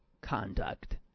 conduct